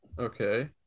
Okay